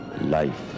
life